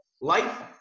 Life